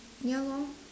ya lor